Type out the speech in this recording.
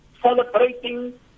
celebrating